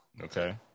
Okay